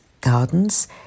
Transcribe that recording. Gardens